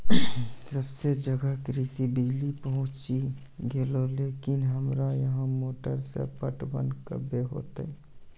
सबे जगह कृषि बिज़ली पहुंची गेलै लेकिन हमरा यहाँ मोटर से पटवन कबे होतय?